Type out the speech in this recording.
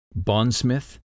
Bondsmith